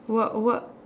what what